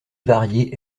varier